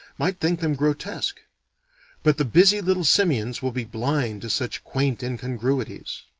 might think them grotesque but the busy little simians will be blind to such quaint incongruities.